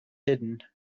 hidden